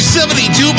72